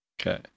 Okay